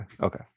okay